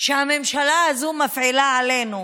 שהממשלה הזאת מפעילה עלינו.